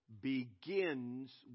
begins